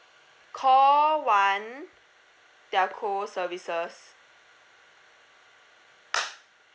call one telco services